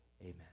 amen